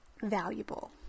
valuable